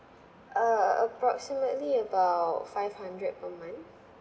uh approximately about five hundred per month